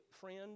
friend